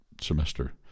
semester